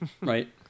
Right